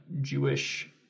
Jewish